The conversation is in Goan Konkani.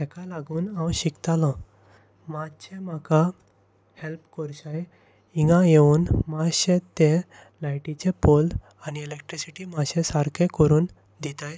ताका लागून हांव शिकतालों मातशें म्हाका हेल्प करशात हांगा येवन मातशें ते लायटीचे पोल आनी इलॅक्ट्रिसिटी मातशें सारकें करून दितात